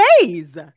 days